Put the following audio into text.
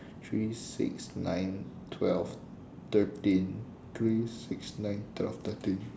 three six nine twelve thirteen three six nine twelve thirteen